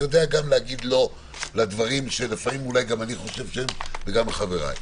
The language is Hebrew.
אני יודע גם לומר לא לדברים שאולי אני חושב וגם חבריי.